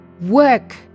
work